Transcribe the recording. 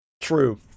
True